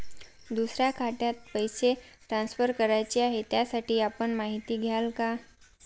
दुसऱ्या खात्यात पैसे ट्रान्सफर करायचे आहेत, त्यासाठी आपण माहिती द्याल का?